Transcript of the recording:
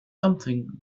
something